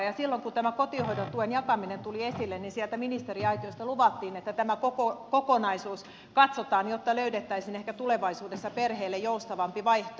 silloin kun tämä kotihoidon tuen jakaminen tuli esille niin sieltä ministeriaitiosta luvattiin että tämä kokonaisuus katsotaan jotta löydettäisiin ehkä tulevaisuudessa perheille joustavampi vaihtoehto